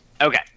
Okay